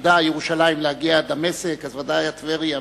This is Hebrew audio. עתידה ירושלים להגיע עד דמשק, אז בוודאי עד טבריה.